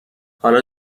حالا